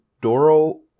Doro